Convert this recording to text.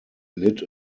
lit